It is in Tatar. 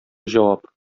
җавап